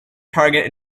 target